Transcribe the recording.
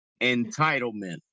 Entitlement